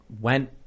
went